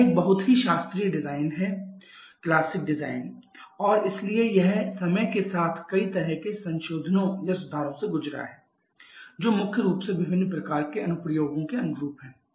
यह एक बहुत ही शास्त्रीय डिजाइन है और इसलिए यह समय के साथ कई तरह के संशोधनों या सुधारों से गुजरा है जो मुख्य रूप से विभिन्न प्रकार के अनुप्रयोगों के अनुरूप है